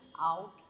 out